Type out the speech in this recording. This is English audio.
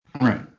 Right